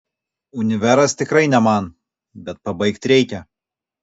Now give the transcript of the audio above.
univeras tikrai ne man bet pabaigt reikia